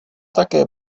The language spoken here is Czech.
také